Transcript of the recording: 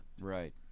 Right